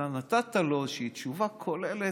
אתה נתת לו איזושהי תשובה כוללת,